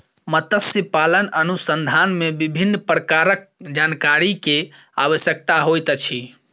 मत्स्य पालन अनुसंधान मे विभिन्न प्रकारक जानकारी के आवश्यकता होइत अछि